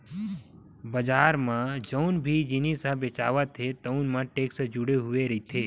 बजार म जउन भी जिनिस ह बेचावत हे तउन म टेक्स जुड़े हुए रहिथे